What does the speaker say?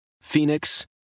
Phoenix